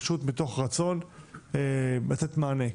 פשוט מתוך רצון לתת מענה.